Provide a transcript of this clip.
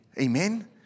Amen